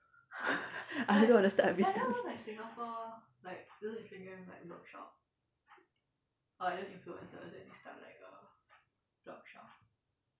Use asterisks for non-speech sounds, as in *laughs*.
*laughs* I also want to start a business